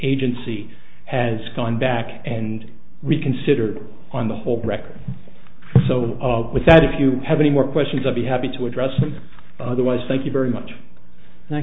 agency has gone back and reconsidered on the whole record so of with that if you have any more questions i'll be happy to address them otherwise thank you very much